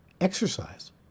Exercise